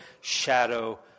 shadow